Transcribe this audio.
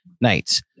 nights